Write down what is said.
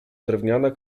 drewniana